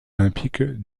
olympique